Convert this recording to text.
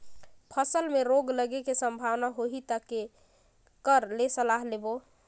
फसल मे रोग लगे के संभावना होही ता के कर ले सलाह लेबो?